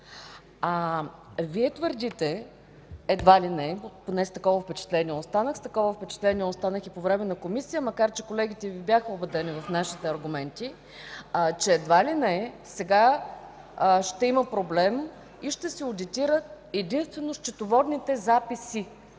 впечатление останах, с такова впечатление останах и по време на Комисията, макар че колегите Ви бяха убедени в нашите аргументи, че едва ли не сега ще има проблем и ще се одитират единствено счетоводните записи,